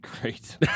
Great